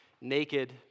naked